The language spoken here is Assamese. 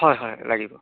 হয় হয় লাগিব